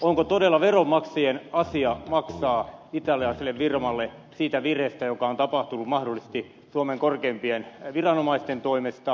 onko todella veronmaksajien asia maksaa italialaiselle firmalle siitä virheestä joka on tapahtunut mahdollisesti suomen korkeimpien viranomaisten toimesta